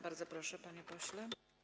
Bardzo proszę, panie pośle.